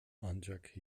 ancak